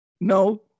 No